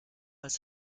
als